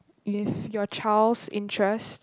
if your child's interest